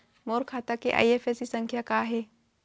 मोर खाता के आई.एफ.एस.सी संख्या का हे?